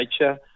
nature